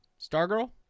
Stargirl